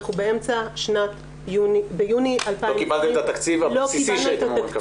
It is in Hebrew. אנחנו ביוני 2020 --- לא קיבלתם את התקציב הבסיסי שהייתם אמורים לקבל.